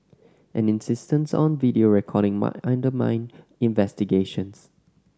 an insistence on video recording might undermine investigations